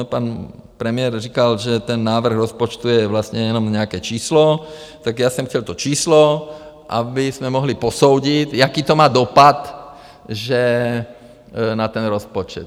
Pan premiér říkal, že ten návrh rozpočtu je vlastně jenom nějaké číslo, tak já jsem chtěl to číslo, abychom mohli posoudit, jaký to má dopad na ten rozpočet.